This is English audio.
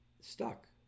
stuck